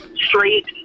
straight